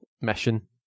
mission